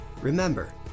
Remember